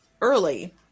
early